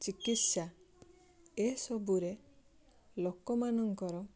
ଚିକିତ୍ସା ଏସବୁ ରେ ଲୋକମାନଙ୍କର